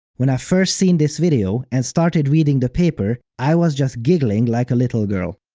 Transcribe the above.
when i've first seen this video and started reading the paper, i was just giggling like a little girl.